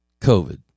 COVID